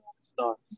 start